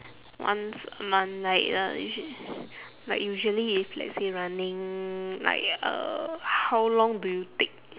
once a month like uh usually like usually if let's say running like uh how long do you take